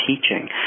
teaching